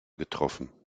getroffen